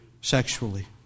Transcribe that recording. sexually